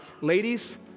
ladies